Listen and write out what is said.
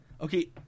Okay